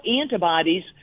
antibodies